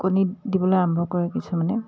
কণী দিবলৈ আৰম্ভ কৰে কিছুমানে